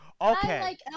Okay